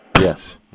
yes